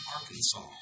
Arkansas